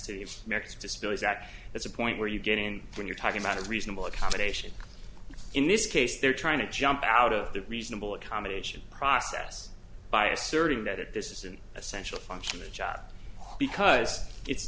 act that's a point where you get in when you're talking about a reasonable accommodation in this case they're trying to jump out of the reasonable accommodation process by asserting that this is an essential function of a job because it's